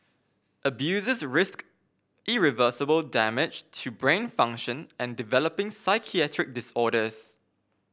abusers risked irreversible damage to brain function and developing psychiatric disorders